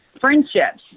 friendships